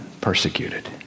persecuted